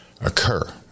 occur